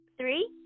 three